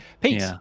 Pete